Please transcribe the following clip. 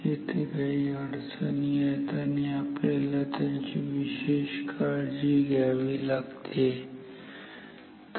येथे काही अडचणी आहेत आणि आपल्याला त्यांची विशेष काळजी घ्यावी लागते ठीक आहे